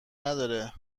نداره